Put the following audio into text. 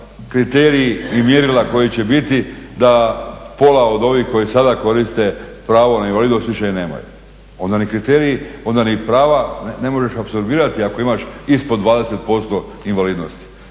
kriteriji i mjerila koja će biti da pola od ovih koja sada koriste pravo na invalidnost više je nemaju. Onda ni kriteriji onda ni prava ne možeš apsorbirati ako imaš ispod 20% invalidnosti.